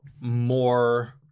more